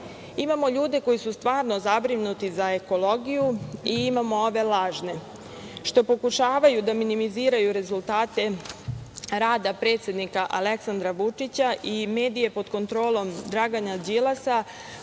Imamo ljude koji su stvarno zabrinuti za ekologiju i imamo ove lažne što pokušavaju da minimiziraju rezultate rade predsednika Aleksandra Vučića i medije pod kontrolom Dragana Đilasa